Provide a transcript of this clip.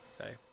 Okay